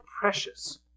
precious